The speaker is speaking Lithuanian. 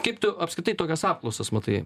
kaip tu apskritai tokias apklausas matai